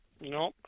No